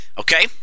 Okay